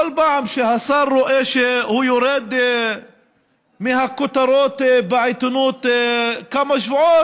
כל פעם שהשר רואה שהוא יורד מהכותרות בעיתונות כמה שבועות,